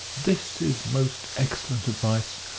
this is most excellent advice.